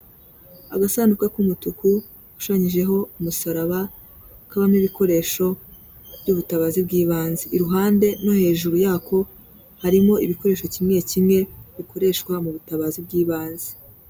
Agasanduka k'umutuku gashushanyijeho umusaraba, kabamo ibikoresho by'ubutabazi bw'ibanze. Iruhande no hejuru yako harimo ibikoresho kimwe kimwe bikoreshwa mu butabazi bw'ibanze.